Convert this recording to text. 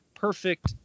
perfect